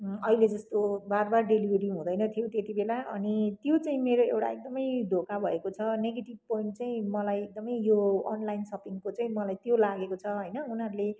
अहिले जस्तो बार बार डेलिभरी हुँदैन थियो त्यति बेला अनि त्यो चाहिँ मेरो एउटा एकदमै धोका भएको छ नेगेटिभ पोइन्ट चाहिँ मलाई एकदमै यो अनलाइन सपिङको चाहिँ मलाई त्यो लागेको छ होइन उनीहरूले